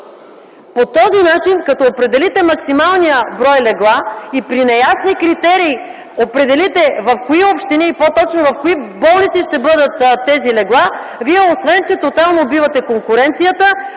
По този начин, като определите максималния брой легла и при неясни критерии определите в кои болници ще бъдат тези легла, вие освен че тотално убивате конкуренцията,